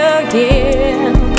again